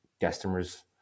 customer's